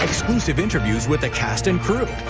interviews with ah cast and crew.